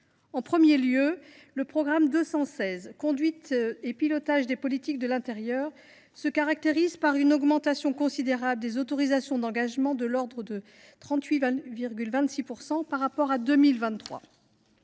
En premier lieu, le programme 216 « Conduite et pilotage des politiques de l’intérieur » se caractérise par une augmentation considérable des autorisations d’engagement, de l’ordre de 38,26 %, par rapport à 2023.